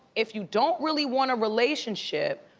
if you don't really want a relationship,